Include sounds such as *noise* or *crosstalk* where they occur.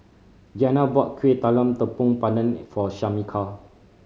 Giana bought Kueh Talam Tepong Pandan *unintelligible* for Shamika